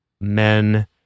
men